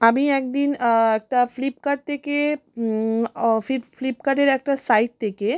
আমি এক দিন একটা ফ্লিপকার্ট থেকে ফিপ ফ্লিপকার্টের একটা সাইট থেকে